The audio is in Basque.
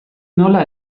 nola